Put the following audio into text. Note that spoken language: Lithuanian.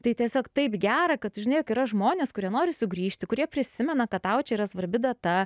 tai tiesiog taip gera kad tu žinai jog yra žmonės kurie nori sugrįžti kurie prisimena kad tau čia yra svarbi data